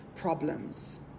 problems